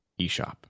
eShop